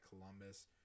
Columbus